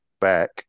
back